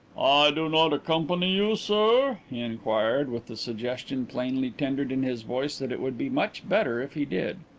do not accompany you, sir? he inquired, with the suggestion plainly tendered in his voice that it would be much better if he did.